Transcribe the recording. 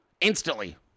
Instantly